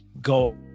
go